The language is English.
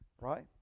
right